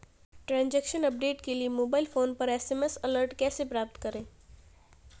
Transaction update के लिए mobile phone पर एस.एम.एस अलर्ट कैसे प्राप्त करें?